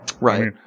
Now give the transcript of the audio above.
Right